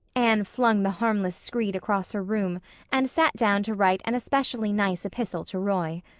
anne flung the harmless screed across her room and sat down to write an especially nice epistle to roy.